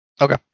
Okay